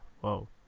whoa